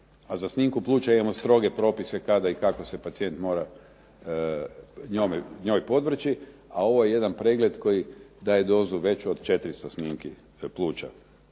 A za snimku pluća imamo stroge propise kada i kako se pacijent njoj podvrći, a ovo je jedan pregled koji daje dozu od 400 snimki pluća.